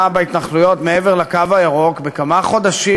בהתנחלויות מעבר לקו הירוק לכמה חודשים,